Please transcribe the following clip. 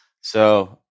So-